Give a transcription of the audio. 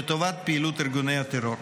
לטובת פעילות ארגוני הטרור.